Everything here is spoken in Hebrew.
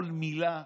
כל מילה,